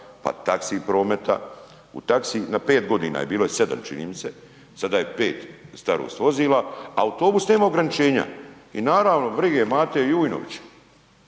pa taxi prometa na pet godina, bilo je sedam čini mi se, sada je pet starost vozila, autobus nema ograničenja. I naravno brige Mate Jujnovića